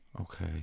Okay